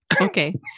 okay